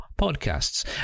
podcasts